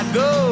go